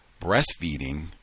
Breastfeeding